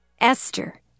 Esther